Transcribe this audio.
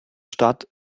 stadt